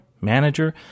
manager